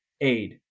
aid